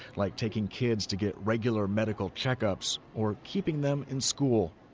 like taking kids to get regular medical check-ups or keeping them in school.